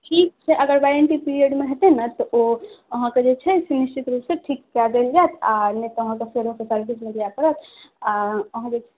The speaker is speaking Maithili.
ठीक छै अगर वारण्टी पीरियड मे होयत ने तऽ ओ अहाँके जे छै सुनिश्चित रूपसँ ठीक कऽ देल जायत आ नहि तऽ अहाँके फेरोसँ जे सर्विस मे जाय परत आ अहाँ जे